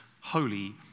holy